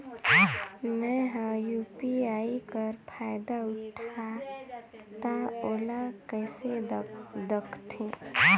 मैं ह यू.पी.आई कर फायदा उठाहा ता ओला कइसे दखथे?